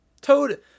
Toad